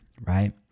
right